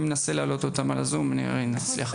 אני מנסה להעלות אותם ב- Zoom ונראה אם אצליח.